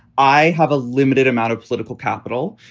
i have a limited amount of political capital.